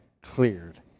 cleared